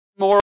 more